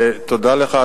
תודה לך,